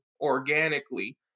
organically